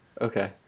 Okay